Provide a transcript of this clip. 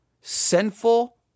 sinful